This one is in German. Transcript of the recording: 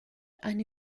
eine